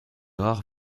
rares